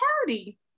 party